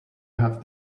have